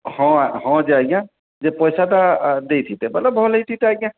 ହଁ ହଁ ଯେ ଆଜ୍ଞା ଯେ ପଇସାଟା ଦେଇଥିତେ ବୋଲେ ଭଲ ହେଇଥିତା ଆଜ୍ଞା